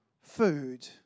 food